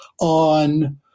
on